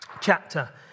chapter